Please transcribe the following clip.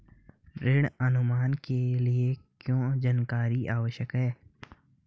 ऋण अनुमान के लिए क्या जानकारी आवश्यक है?